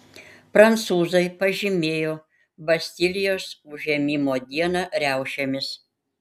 prancūzai pažymėjo bastilijos užėmimo dieną riaušėmis